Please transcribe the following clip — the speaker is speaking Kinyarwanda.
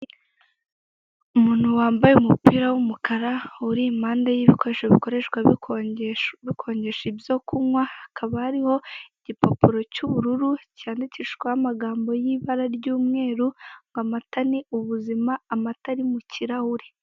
Umuntu wambaye umupira w'umukara uri impande y'ibikoresho bikoreshwa bikonjesha ibyo kunywa, hakaba hariho igipapuro cy'ubururu cyandikishijweho amagambo y'ibara ry'umweru ngo amata ni ubuzima, amata ari mu kirahure.